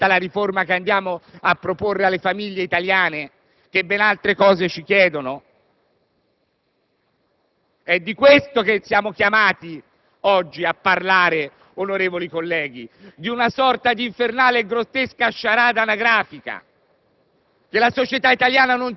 È questa la riforma che stiamo proponendo alle famiglie italiane, che ben altro ci chiedono? È di questo che siamo chiamati oggi a discutere, onorevoli colleghi: di una sorta di infernale e grottesca sciarada anagrafica,